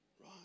Right